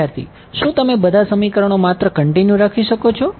વિદ્યાર્થી શું તમે બધા સમીકરણો માત્ર કંટીન્યુ રાખી શકો છો